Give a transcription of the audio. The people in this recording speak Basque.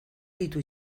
ditu